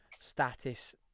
status